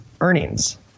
Earnings